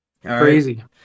Crazy